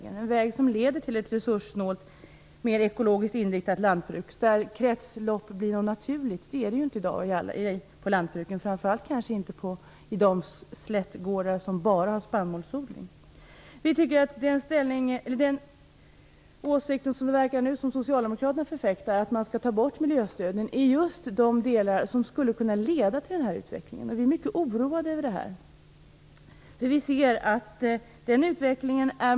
Det är en väg som leder till ett resurssnålt och mer ekologiskt inriktat lantbruk där kretslopp blir något naturligt. Det är det ju inte i dag i lantbruket, framför allt inte på de slättgårdar där man bara har spannmålsodling. Det verkar som om socialdemokraterna förfäktar den åsikten att man skall ta bort miljöstöden. Detta skulle kunna leda till en utveckling som vi tycker är mycket oroande.